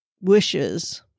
wishes